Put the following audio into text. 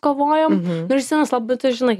kovojom ir justinas labai tu žinai